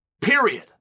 Period